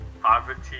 poverty